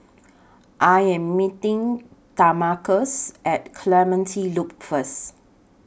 I Am meeting Demarcus At Clementi Loop First